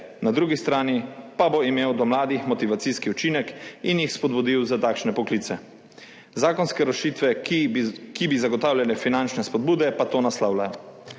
na drugi strani pa bo imel za mlade motivacijski učinek in jih spodbudil za takšne poklice. Zakonske rešitve, ki bi zagotavljale finančne spodbude, pa to naslavljajo.